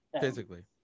Physically